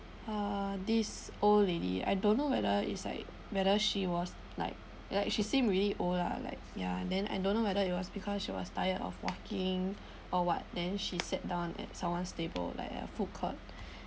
uh this old lady I don't know whether is like whether she was like ya lah she seem really old lah like ya then I don't know whether it was because she was tired of walking or what then she sat down at someone's table like a food court